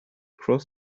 cross